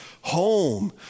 home